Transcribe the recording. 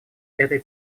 этой